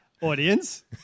Audience